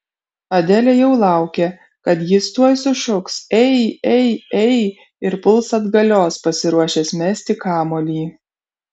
adelė jau laukė kad jis tuoj sušuks ei ei ei ir puls atgalios pasiruošęs mesti kamuolį